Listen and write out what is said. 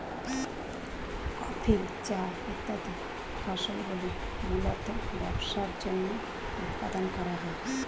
coffee, চা ইত্যাদি ফসলগুলি মূলতঃ ব্যবসার জন্য উৎপাদন করা হয়